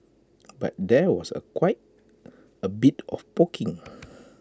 but there was quite A bit of poking